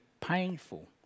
painful